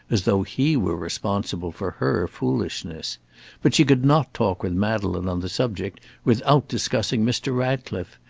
as though he were responsible for her foolishness but she could not talk with madeleine on the subject without discussing mr. ratcliffe,